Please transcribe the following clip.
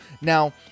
Now